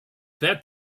that